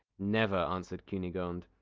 never, answered cunegonde.